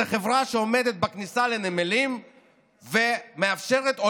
זו חברה שעומדת בכניסה לנמלים ומאפשרת או